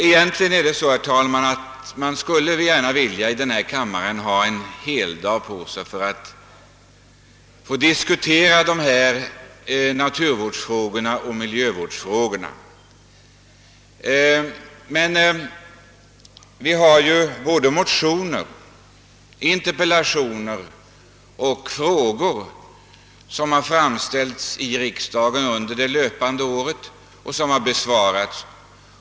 Egentligen, herr talman, skulle man gärna vilja ha en hel dag på sig för att i denna kammare få diskutera dessa naturvårdsoch miljövårdsfrågor. Både motioner, interpellationer och enkla frågor har framställts i riksdagen under det löpande året och besvarats.